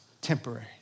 temporary